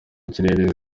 kirere